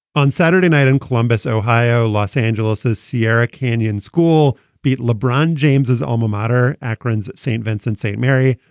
on saturday night in columbus, ohio, los angeles's sierra canyon school beat lebron james, his alma mater, akron's st. vincent st. mary,